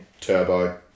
Turbo